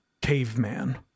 caveman